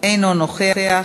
אינו נוכח,